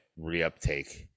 reuptake